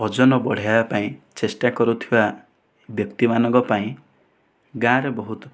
ଓଜନ ବଢାଇବା ପାଇଁ ଚେଷ୍ଟା କରୁଥିବା ବ୍ୟକ୍ତି ମାନଙ୍କ ପାଇଁ ଗାଁ ରେ ବହୁତ